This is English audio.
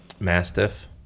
Mastiff